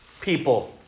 people